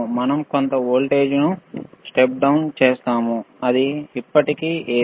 మనం కొంత వోల్టేజ్కు స్టెప్ డౌన్ చేస్తాము అది ఇప్పటికీ ఎసి